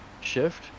shift